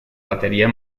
batería